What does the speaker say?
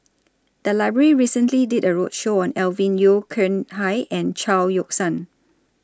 The Library recently did A roadshow on Alvin Yeo Khirn Hai and Chao Yoke San